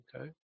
okay